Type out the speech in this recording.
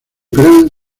grant